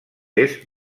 est